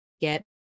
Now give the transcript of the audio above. get